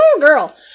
girl